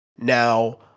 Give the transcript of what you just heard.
Now